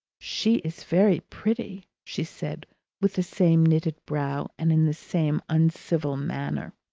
she is very pretty! she said with the same knitted brow and in the same uncivil manner.